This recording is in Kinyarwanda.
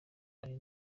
nari